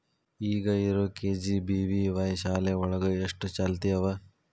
ಈಗ ಇರೋ ಕೆ.ಜಿ.ಬಿ.ವಿ.ವಾಯ್ ಶಾಲೆ ಒಳಗ ಎಷ್ಟ ಚಾಲ್ತಿ ಅವ?